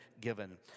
given